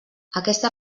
aquesta